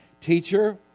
Teacher